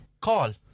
Call